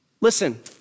Listen